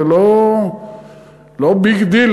זה לא ביג דיל.